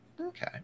Okay